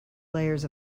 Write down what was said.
layers